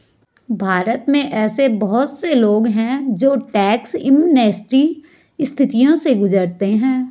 भारत में ऐसे बहुत से लोग हैं जो टैक्स एमनेस्टी स्थितियों से गुजरते हैं